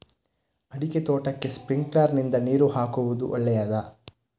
ಅಡಿಕೆ ತೋಟಕ್ಕೆ ಸ್ಪ್ರಿಂಕ್ಲರ್ ನಿಂದ ನೀರು ಹಾಕುವುದು ಒಳ್ಳೆಯದ?